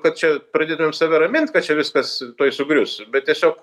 kad čia pradėtumėm save ramint kad čia viskas tuoj sugrius bet tiesiog